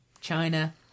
China